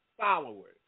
followers